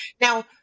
Now